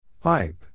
Pipe